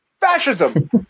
Fascism